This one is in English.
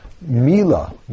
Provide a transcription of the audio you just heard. Mila